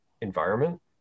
environment